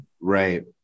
Right